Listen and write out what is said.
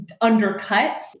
undercut